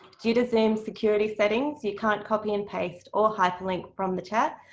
due to zoom's security settles, you can't copy and paste, or hyperlink, from the chat.